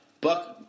Buck –